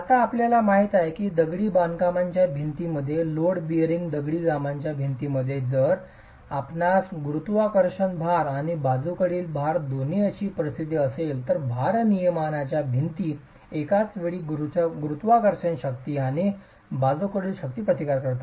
आता आपल्याला माहित आहे की दगडी बांधकामाच्या भिंतींमध्ये लोड बेअरिंग दगडी बांधकामाच्या भिंतींमध्ये जर आपणास गुरुत्वाकर्षण भार आणि बाजूकडील भार दोन्ही अशी परिस्थिती असेल तर भारनियमनच्या भिंती एकाच वेळी गुरुत्वाकर्षण शक्ती आणि बाजूकडील शक्तींचा प्रतिकार करतात